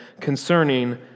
concerning